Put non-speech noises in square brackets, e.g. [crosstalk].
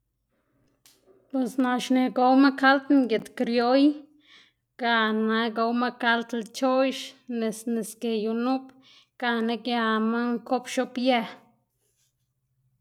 [noise] bos naꞌ xne gowma kald ngid krioy gana gowma kald lchoꞌx nis nis geyu nup gana giama nkob x̱obyë. [noise]